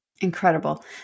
Incredible